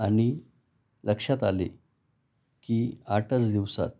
आणि लक्षात आले की आठच दिवसात